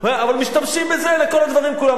אבל משתמשים בזה לכל הדברים כולם.